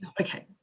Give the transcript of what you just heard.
Okay